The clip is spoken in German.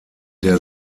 der